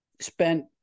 spent